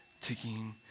ticking